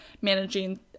managing